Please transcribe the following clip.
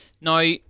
Now